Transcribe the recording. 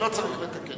לא צריך לתקן.